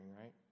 right